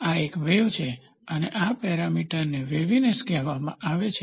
આ એક વેવ છે અને આ પેરામીટરને વેવીનેસ કહેવામાં આવે છે